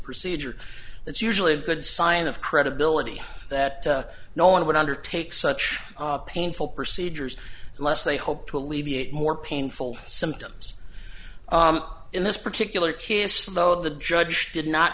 procedure that's usually a good sign of credibility that no one would undertake such a painful procedures unless they hope to alleviate more painful symptoms in this particular kid is slow the judge did not